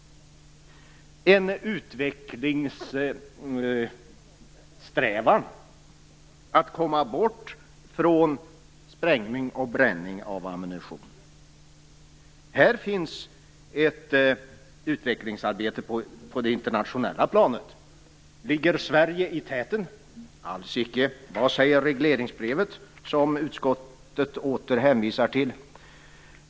En utvecklingssträvan är att komma bort från sprängning och bränning av ammunition. Här finns det ett utvecklingsarbete på det internationella planet. Ligger Sverige i täten? Alls icke! Vad säger regleringsbrevet, som utskottet åter hänvisar till?